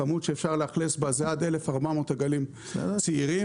הכמות שאפשר לאכלס בזה עד 1,400 עגלים צעירים,